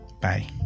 bye